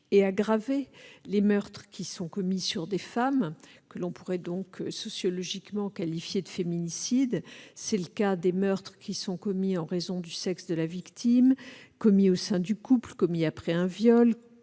et aggravée les meurtres commis à l'encontre de femmes, que l'on pourrait donc sociologiquement qualifier de féminicides. C'est le cas des meurtres qui sont commis en raison du sexe de la victime, commis au sein du couple, commis après un viol,